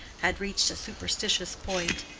had reached a superstitious point.